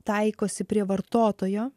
taikosi prie vartotojo